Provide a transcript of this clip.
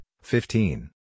fifteen